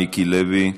מיקי לוי.